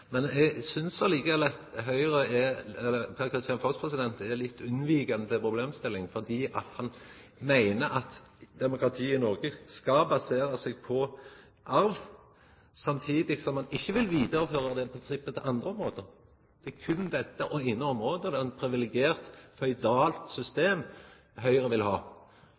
Eg synest likevel at Per-Kristian Foss er litt unnvikande til problemstillinga, for han meiner at demokratiet i Noreg skal basera seg på arv, samtidig som han ikkje vil vidareføra det prinsippet til andre område. Det er berre på dette eine området – eit privilegert, føydalt system – som Høgre vil ha